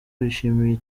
bishimiye